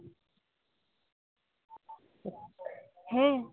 ᱦᱮᱸ